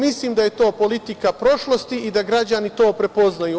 Mislim da je to politika prošlosti i da građani to prepoznaju.